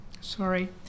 Sorry